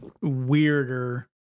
weirder